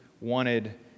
wanted